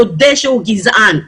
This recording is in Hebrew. יודה שהוא גזען,